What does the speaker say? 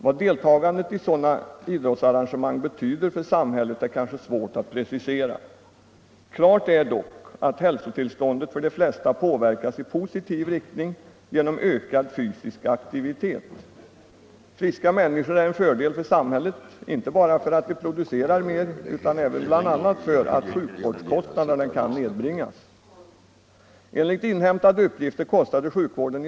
Vad deltagandet i sådana idrottsarrangemang betyder för samhället är kanske svårt att precisera. Klart är dock att hälsotillståndet för de flesta påverkas i positiv riktning genom ökad fysisk aktivitet. Friska människor är en fördel för samhället inte bara därför att de producerar mer utan även bl.a. därför att sjukvårdskostnaderna kan nedbringas. Enligt inhämtade uppgifter kostade sjukvården.